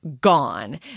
gone